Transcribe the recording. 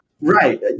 Right